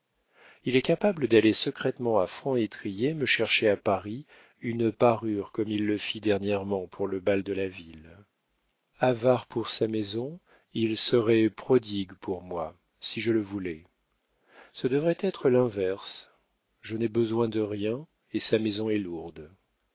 il est capable d'aller secrètement à franc étrier me chercher à paris une parure comme il le fit dernièrement pour le bal de la ville avare pour sa maison il serait prodigue pour moi si je le voulais ce devrait être l'inverse je n'ai besoin de rien et sa maison est lourde